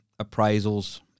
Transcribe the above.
appraisals